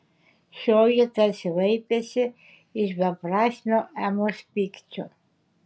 šioji tarsi vaipėsi iš beprasmio emos pykčio